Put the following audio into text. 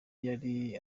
yari